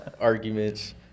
arguments